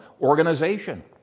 organization